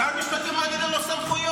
שר המשפטים מעביר לו סמכויות.